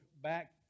back